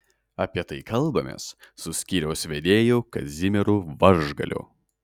apie tai kalbamės su skyriaus vedėju kazimieru varžgaliu